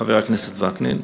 חבר הכנסת וקנין,